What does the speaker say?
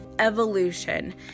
evolution